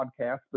podcast